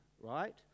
right